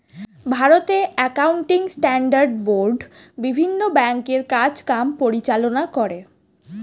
ভারতে accounting standard board বিভিন্ন ব্যাংকের কাজ কাম পরিচালনা করে